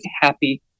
happy